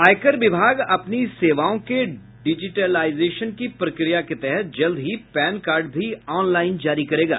आयकर विभाग अपनी सेवाओं के डिजीटिलाईजेशन की प्रक्रिया के तहत जल्द ही पैन कार्ड भी ऑनलाईन जारी करेगा